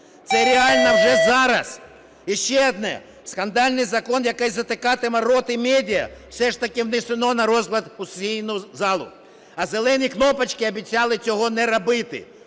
Це реально вже зараз. І ще одне. Скандальний закон, який затикатиме рот і медіа все ж таки внесено на розгляд у сесійну залу. А "зелені кнопочки" обіцяли цього не робити.